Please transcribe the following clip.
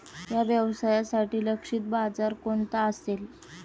या व्यवसायासाठी लक्षित बाजार कोणता असेल?